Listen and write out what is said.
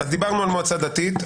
אז דיברנו על מועצה דתית.